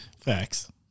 Facts